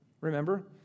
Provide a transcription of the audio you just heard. Remember